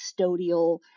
custodial